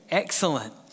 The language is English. Excellent